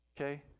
okay